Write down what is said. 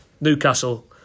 Newcastle